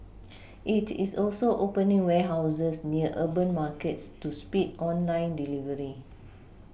it is also opening warehouses near urban markets to speed online delivery